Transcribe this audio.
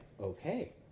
okay